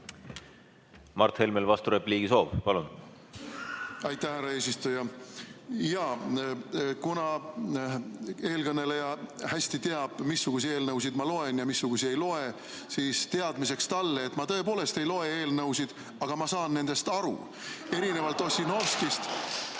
Mart Helmel on vasturepliigi soov. Palun! Aitäh, härra eesistuja! Jaa, kuna eelkõneleja hästi teab, missuguseid eelnõusid ma loen ja missuguseid ei loe, siis teadmiseks talle, et ma tõepoolest ei loe eelnõusid, aga ma saan nendest aru. (Naer saalis.)